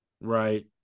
Right